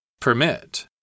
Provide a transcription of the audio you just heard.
Permit